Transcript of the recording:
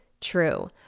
true